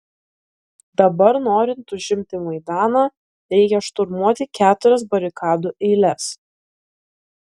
dabar norint užimti maidaną reikia šturmuoti keturias barikadų eiles